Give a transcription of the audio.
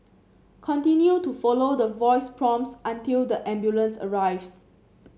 continue to follow the voice prompts until the ambulance arrives